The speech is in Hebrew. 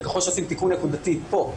ככל שעושים תיקון נקודתי פה,